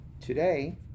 Today